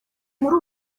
muri